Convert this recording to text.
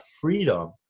freedom